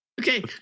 Okay